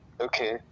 okay